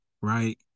right